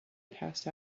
passed